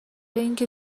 اینکه